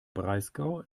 breisgau